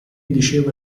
diceva